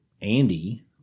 Andy